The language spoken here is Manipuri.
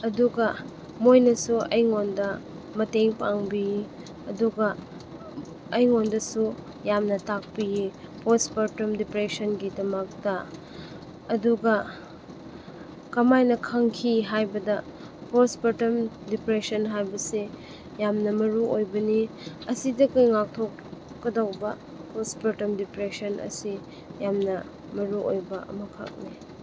ꯑꯗꯨꯒ ꯃꯣꯏꯅꯁꯨ ꯑꯩꯉꯣꯟꯗ ꯃꯇꯦꯡ ꯄꯥꯡꯕꯤ ꯑꯗꯨꯒ ꯑꯩꯉꯣꯟꯗꯁꯨ ꯌꯥꯝꯅ ꯇꯥꯛꯄꯤꯌꯦ ꯄꯣꯁꯄꯔꯇꯝ ꯗꯤꯄ꯭ꯔꯦꯁꯟꯒꯤꯗꯃꯛꯇ ꯑꯗꯨꯒ ꯀꯃꯥꯏꯅ ꯈꯪꯈꯤ ꯍꯥꯏꯕꯗ ꯄꯣꯁꯄꯔꯇꯝ ꯗꯤꯄ꯭ꯔꯦꯁꯟ ꯍꯥꯏꯕꯁꯦ ꯌꯥꯝꯅ ꯃꯔꯨꯑꯣꯏꯕꯅꯤ ꯑꯁꯤꯗꯒꯤ ꯉꯥꯛꯊꯣꯛꯀꯗꯧꯕ ꯄꯣꯁꯄꯔꯇꯝ ꯗꯤꯄ꯭ꯔꯦꯁꯟ ꯑꯁꯤ ꯌꯥꯝꯅ ꯃꯔꯨꯑꯣꯏꯕ ꯑꯃꯈꯛꯅꯤ